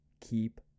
Keep